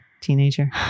teenager